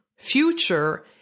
future